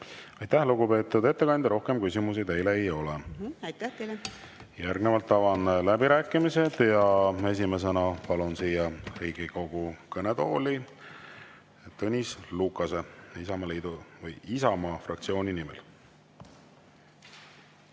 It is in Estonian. Aitäh, lugupeetud ettekandja! Rohkem küsimusi teile ei ole. Aitäh teile! Järgnevalt avan läbirääkimised ja esimesena palun siia Riigikogu kõnetooli Tõnis Lukase Isamaa fraktsiooni nimel.